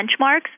benchmarks